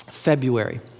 February